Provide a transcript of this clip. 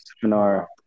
seminar